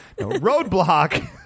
Roadblock